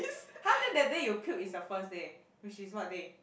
how then that day you puke is the first day which is what day